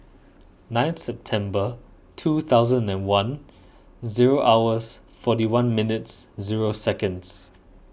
nine September two thousand and one zero hours forty one minutes zero seconds